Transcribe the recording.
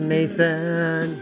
Nathan